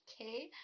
Okay